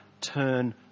turn